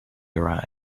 your